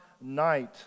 night